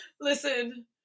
Listen